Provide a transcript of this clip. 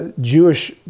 Jewish